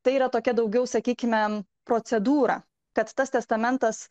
tai yra tokia daugiau sakykime procedūra kad tas testamentas